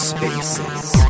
Spaces